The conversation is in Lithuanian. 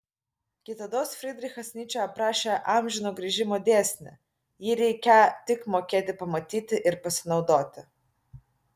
kitados frydrichas nyčė aprašė amžino grįžimo dėsnį jį reikią tik mokėti pamatyti ir pasinaudoti